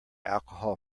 alcohol